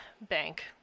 bank